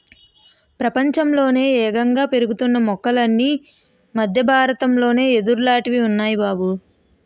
ప్రపంచంలోనే యేగంగా పెరుగుతున్న మొక్కలన్నీ మద్దె బారతంలో యెదుర్లాటివి ఉన్నాయ్ బాబూ